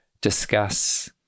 discuss